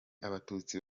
abatutsi